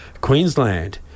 Queensland